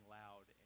loud